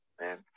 man